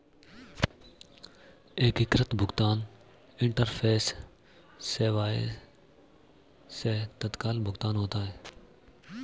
एकीकृत भुगतान इंटरफेस सेवाएं से तत्काल भुगतान होता है